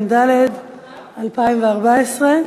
התשע"ד 2014,